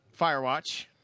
Firewatch